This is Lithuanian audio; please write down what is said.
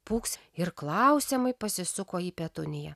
puks ir klausiamai pasisuko į petuniją